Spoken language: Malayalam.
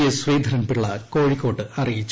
എസ് ശ്രീധരൻപിള്ള കോഴിക്കോട്ട് അറിയിച്ചു